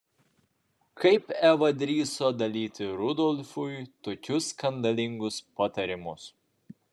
kaip eva drįso dalyti rudolfui tokius skandalingus patarimus